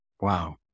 Wow